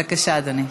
בבקשה, אדוני,